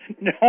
no